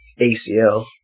ACL